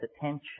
attention